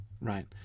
right